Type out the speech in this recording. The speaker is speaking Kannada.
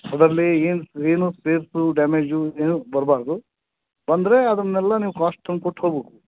ಅದರಲ್ಲಿ ಏನೂ ಏನೂ ಸ್ಪೇರ್ಸೂ ಡ್ಯಾಮೇಜೂ ಏನೂ ಬರಬಾರ್ದು ಬಂದರೆ ಅದನ್ನೆಲ್ಲ ನೀವು ಕಾಸ್ಟ್ ತಂದ್ಕೊಟ್ಟು ಹೋಗ್ಬೇಕು